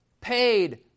paid